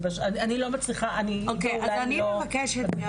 אני לא מצליחה- -- אוקיי אז אני מבקשת.